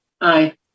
Aye